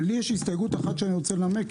לי יש הסתייגות אחת שאני רוצה לנמק.